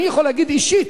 אני יכול להגיד אישית: